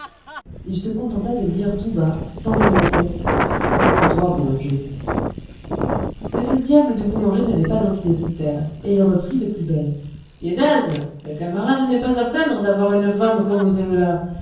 il se contenta de dire tout bas sans lever la tête tais-toi boulanger mais ce diable de boulanger n'avait pas envie de se taire et il reprit de plus belle viédase le camarade n'est pas à plaindre d'avoir une femme comme